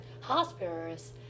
hospitals